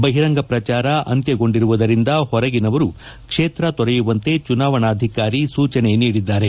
ಬಹಿರಂಗ ಪ್ರಚಾರ ಅಂತ್ಯಗೊಂಡಿರುವುದರಿಂದ ಹೊರಗಿನವರು ಕ್ಷೇತ್ರ ತೊರೆಯುವಂತೆ ಚುನಾವಣಾಧಿಕಾರಿ ಸೂಚನೆ ನೀಡಿದ್ದಾರೆ